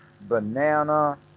banana